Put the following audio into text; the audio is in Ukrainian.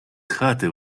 хати